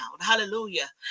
Hallelujah